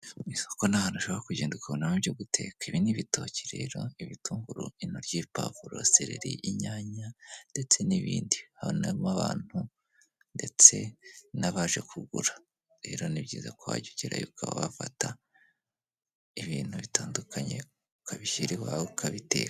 Mu isoko ni ahantu ushobora kugenda ukubona ibyo guteka. Ibi ni ibitoki rero, ibitunguru, ibipavuro, seleri, inyanya ndetse n'ibindi abantu bagurana ndetse n'abaje kugura. Rero ni byiza ko wajya ugera yo ugerayo ukaba wafata ibintu bitandukanye ukabishyira iwawe ukabiteka.